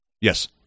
yes